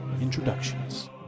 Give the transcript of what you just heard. introductions